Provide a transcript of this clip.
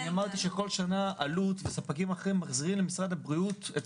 כל שנה אלו"ט וספקים אחרים מחזירים למשרד הבריאות את